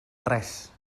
res